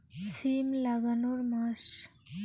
সিম লাগানোর মাস?